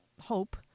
hope